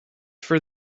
for